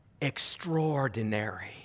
extraordinary